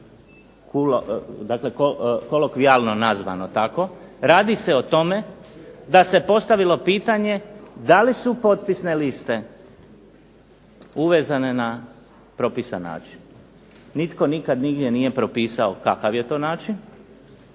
kolokvijalno nazvano tako radi se o tome da se postavilo pitanje da li su potpisne liste uvezane na propisan način. Nitko nikad nigdje nije propisao kakav je to način